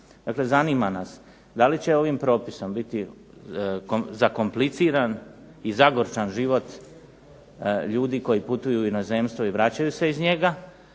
zanima nas da li će ovim propisom biti zakompliciran i zagorčan život ljudi koji putuju u inozemstvo i vraćaju se iz njega